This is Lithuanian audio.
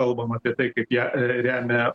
kalbam apie tai kaip jie remia